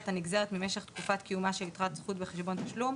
הנגזרת ממשך תקופת קיומה של יתרת זכות בחשבון התשלום,